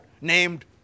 named